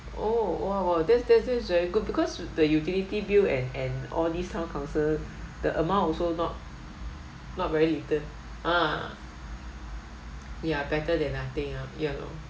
oh !wow! that's that's this is very good because the utility bill and and all this town council the amount also not not very little ah ya better than nothing ah ya lor